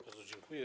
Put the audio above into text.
Bardzo dziękuję.